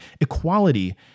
Equality